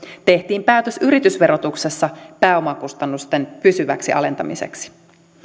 tehtiin päätös yritysverotuksessa pääomakustannusten pysyväksi alentamiseksi